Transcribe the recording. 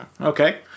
Okay